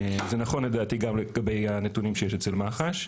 זה נכון לדעתי גם לגבי הנתונים שיש אצל מח"ש.